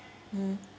mm